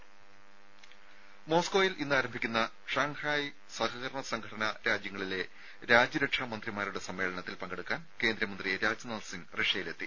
ദരര മോസ്കോയിൽ ഇന്നാരംഭിക്കുന്ന ഷാങ്ഹായ് സഹകരണ സംഘടനാ രാജ്യങ്ങളിലെ രാജ്യരക്ഷാ മന്ത്രിമാരുടെ സമ്മേളനത്തിൽ പങ്കെടുക്കാൻ കേന്ദ്രമന്ത്രി രാജ്നാഥ് സിംഗ് റഷ്യയിലെത്തി